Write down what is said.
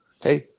hey